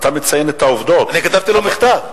אתה מציין את העובדות, אני כתבתי לו מכתב.